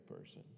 person